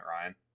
ryan